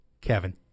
Kevin